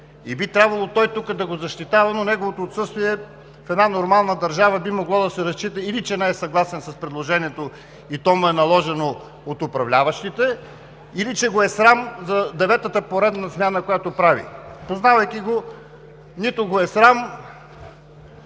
и би трябвало той тук да го защитава, но неговото отсъствие в една нормална държава би могло да се счита или че не е съгласен с предложението и то му е наложено от управляващите, или че го е срам за деветата поредна смяна, която прави. Познавайки го, нито го е срам,